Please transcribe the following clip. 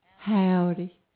Howdy